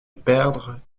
perdre